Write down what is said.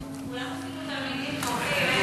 כולם תלמידים טובים.